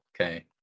Okay